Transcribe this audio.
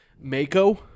Mako